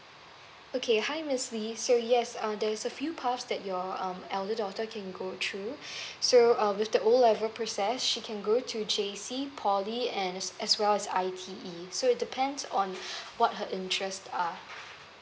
okay hi miss lee so yes uh there's a few cause that your um elder daughter can go through so uh with the O level process she can go to J_C poly and as well as I_T_E so it depends on what her interest are